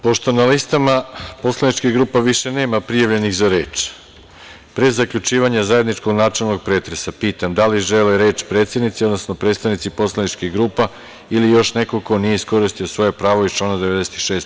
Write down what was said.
Pošto na listama poslaničkih grupa više nema prijavljenih za reč, pre zaključivanja zajedničkog načelnog pretresa pitam da li žele reč predsednici, odnosno predstavnici poslaničkih grupa ili još neko ko nije iskoristio svoje pravo iz člana 96.